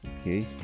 Okay